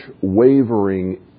wavering